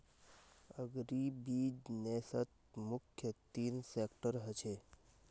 अग्रीबिज़नेसत मुख्य तीन सेक्टर ह छे